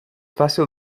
fàcil